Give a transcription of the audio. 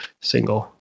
single